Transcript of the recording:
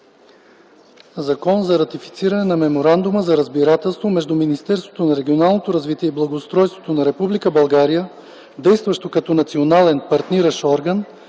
„ЗАКОН за ратифициране на Меморандума за разбирателство между Министерството на регионалното развитие и благоустройството на Република България, действащо като Национален партниращ орган,